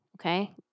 Okay